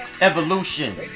evolution